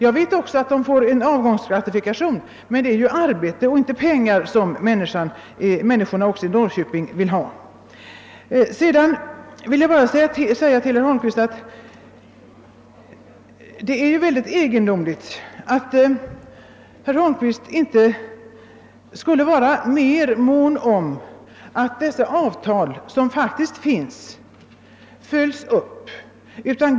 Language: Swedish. Jag vet också att de får en avgångsgratifikation, men det är ju arbete och inte en engångssumma som människorna vill ha också i Norrköping. Det är egendomligt att statsrådet Holmqvist inte är mera mån om att de avtal som faktiskt finns också följs.